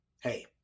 Hey